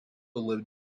lived